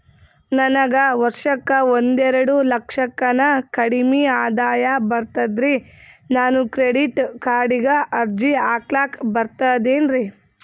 ನನಗ ವರ್ಷಕ್ಕ ಒಂದೆರಡು ಲಕ್ಷಕ್ಕನ ಕಡಿಮಿ ಆದಾಯ ಬರ್ತದ್ರಿ ನಾನು ಕ್ರೆಡಿಟ್ ಕಾರ್ಡೀಗ ಅರ್ಜಿ ಹಾಕ್ಲಕ ಬರ್ತದೇನ್ರಿ?